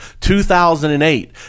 2008